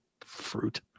fruit